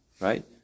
Right